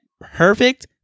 perfect